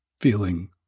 feeling